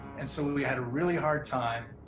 and so we we had a really hard time.